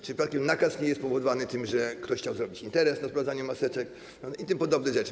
Czy przypadkiem nakaz nie jest powodowany tym, że ktoś chciał zrobić interes na sprowadzaniu maseczek itp. rzeczy.